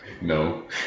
no